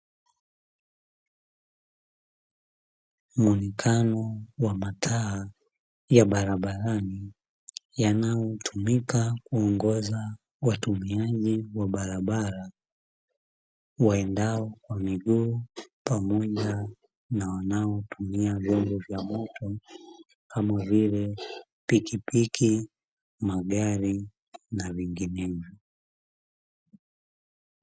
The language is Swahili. Muonekano wa mataa ya barabarani, yanayotumika kuongoza watumiaji wa barabara waendao kwa miguu pamoja na wanaotumia vyombo vya moto kama vile: pikipiki, magari na vinginevyo.